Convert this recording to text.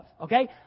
Okay